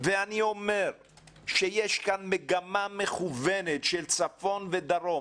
אני אומר שיש כאן מגמה מכוונת של צפון ודרום.